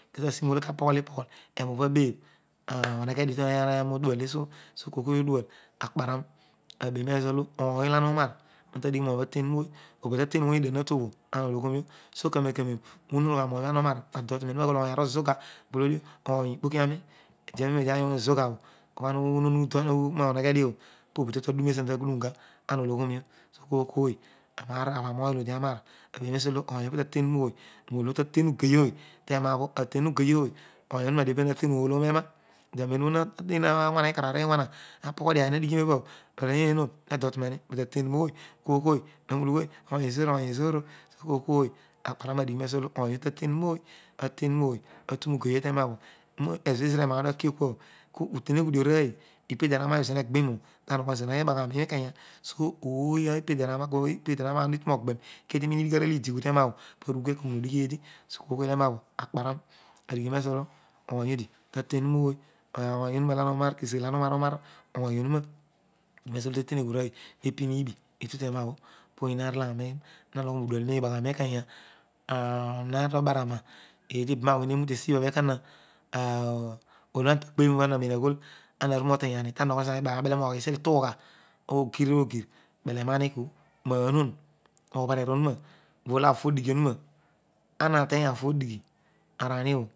Natuaarooha tapoghol ipoghol erough abebh omeghedio devare odual testo soo ksoy boy odual atperen abere zolo ooy olo ana uroar onta dighi roony obho aten ooy obotateno ooy medie obho natuo bho ana ologhoni so karae ro- karoer ucroo ugha roomy obro kina um obho no dotnmeni roagon obhoony enuzuga, louloi dry irokiaro, ediadem ancyhedio bhotatue andurane zina herghunduro ya, ama blog hormi fouy euraavabhan vary bobo dramaraunin telugatrey so kooy voy eroables atporan adigha mezolo ony odo ing oma kes puuras, digtimezoo teteweghe rooy epirbieta terrabho poyro aar olo aarol urimi na nogho no dual mibaghami rookeuyg ana rou motenjoni tahogholic zuh roobasharniga arochertoghi esstangha ogir ogiv, meleraona meinory obercer owupa polo ako odigha ouro armateng allo edighi arawobro.